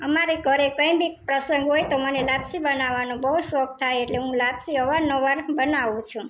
અમારે ઘરે કઈ બી પ્રસંગ હોય તો મને લાપસી બનાવાનું બહુ શોખ થાય એટલે હું લાપસી અવાર નવાર બનાવું છું